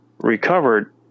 recovered